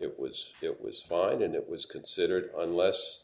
it was it was fined and it was considered unless